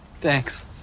Thanks